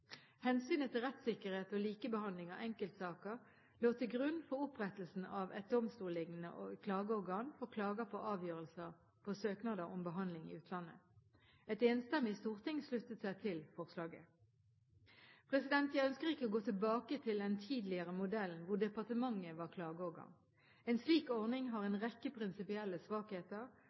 Hensynet til rettssikkerhet og likebehandling av enkeltsaker lå til grunn for opprettelsen av et domstolliknende klageorgan for klager på avgjørelser på søknader om behandling i utlandet. Et enstemmig storting sluttet seg til forslaget. Jeg ønsker ikke å gå tilbake til den tidligere modellen hvor departementet var klageorgan. En slik ordning har en rekke prinsipielle svakheter